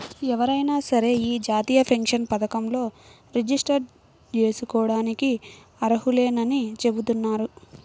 ఎవరైనా సరే యీ జాతీయ పెన్షన్ పథకంలో రిజిస్టర్ జేసుకోడానికి అర్హులేనని చెబుతున్నారు